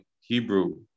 Hebrew